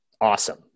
awesome